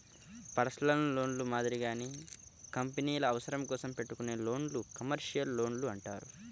personal లోన్లు మాదిరిగానే కంపెనీల అవసరాల కోసం పెట్టుకునే లోన్లను కమర్షియల్ లోన్లు అంటారు